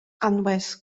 anwes